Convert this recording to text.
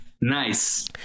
Nice